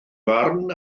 farn